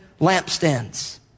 lampstands